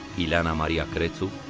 ileana-maria cretu,